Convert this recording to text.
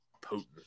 potent